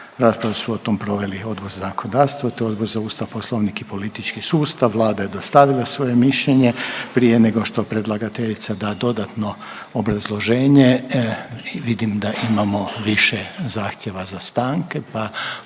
Raspravu su o tom proveli Odbor za zakonodavstvo, te Odbor za Ustav, Poslovnik i politički sustav. Vlada je dostavila svoje mišljenje. Prije nego što predlagateljica da dodatno obrazloženje vidim da imamo više zahtjeva za stanke,